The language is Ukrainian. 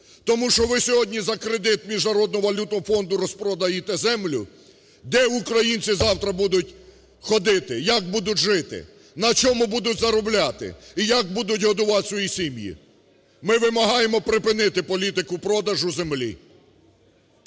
тому що ви сьогодні за кредит Міжнародного валютного фонду розпродаєте землю. Де українці завтра будуть ходити, як будуть жити? На чому будуть заробляти і як будуть годувати свої сім'ї? Ми вимагаємо припинити політику продажу землі.